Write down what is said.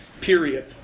period